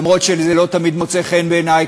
למרות שזה לא תמיד מוצא חן בעיני,